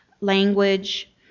language